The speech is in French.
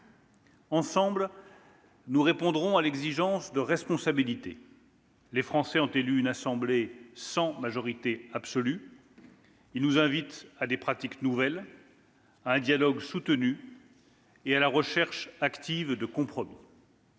Ensemble, nous répondrons à l'exigence de responsabilité. Les Français ont élu une assemblée sans majorité absolue. Ils nous invitent à des pratiques nouvelles, à un dialogue soutenu et à la recherche active de compromis.